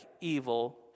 evil